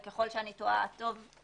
וככל שאני טועה חשוב